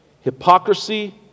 hypocrisy